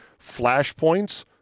flashpoints